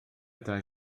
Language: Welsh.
dau